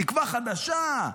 תקווה חדשה,